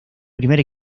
primer